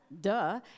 duh